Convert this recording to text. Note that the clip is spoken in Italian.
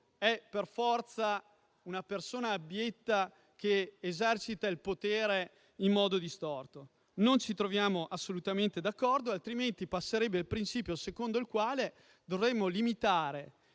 è per forza una persona abietta che esercita il potere in modo distorto. Non ci troviamo assolutamente d'accordo; altrimenti passerebbe il principio secondo il quale dovremmo limitare